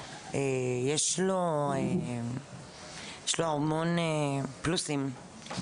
יש לו המון פלוסים,